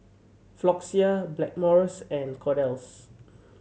Floxia Blackmores and Kordel's